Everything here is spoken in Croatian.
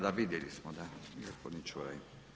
Da, da, vidjeli smo, da, gospodin Čuraj.